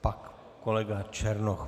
Pak kolega Černoch.